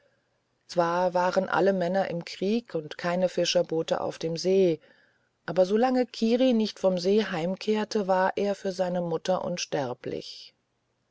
zwar waren alle männer im krieg und keine fischerboote auf dem wasser aber so lange kiri nicht vom see heimkehrte war er für seine mutter unsterblich